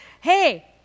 hey